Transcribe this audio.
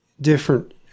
different